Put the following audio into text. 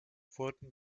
wurden